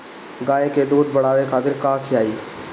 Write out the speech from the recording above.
गाय के दूध बढ़ावे खातिर का खियायिं?